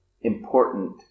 important